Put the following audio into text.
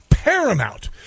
Paramount